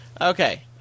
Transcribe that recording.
Okay